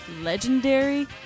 legendary